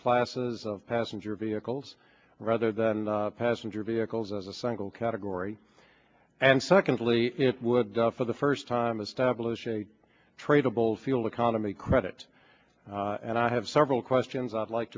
classes of passenger vehicles rather than passenger vehicles as a single category and secondly it would die for the first time establish a tradable fuel economy credit and i have several questions i'd like